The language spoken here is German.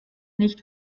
nicht